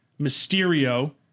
Mysterio